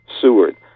seward